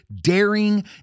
daring